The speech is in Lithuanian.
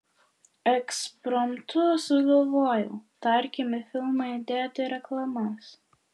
ekspromtu sugalvojau tarkim į filmą įdėti reklamas